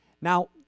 Now